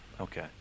Okay